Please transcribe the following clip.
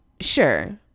sure